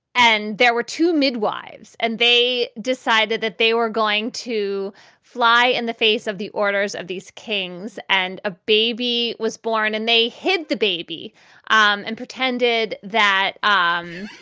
and there were two midwives and they decided that they were going to fly in the face of the orders of these kings. and a baby was born and they hid the baby um and pretended that um